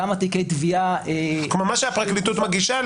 כלומר, לך אין את מה שהפרקליטות מגישה?